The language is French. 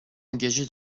engagé